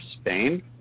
Spain